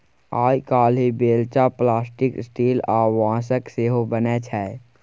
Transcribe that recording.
आइ काल्हि बेलचा plastic, steel आ बाँसक सेहो बनै छै